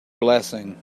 blessing